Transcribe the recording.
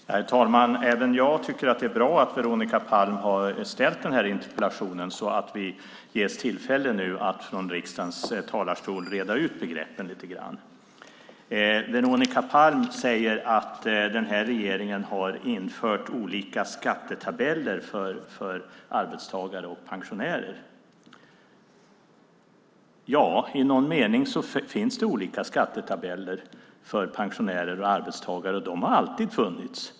Herr talman! Även jag tycker att det är bra att Veronica Palm har ställt den här interpellationen så att vi ges tillfälle att från riksdagens talarstol reda ut begreppen lite grann. Veronica Palm säger att den här regeringen har infört olika skattetabeller för arbetstagare och pensionärer. Ja, i någon mening finns det olika skattetabeller för pensionärer och arbetstagare, och de har alltid funnits.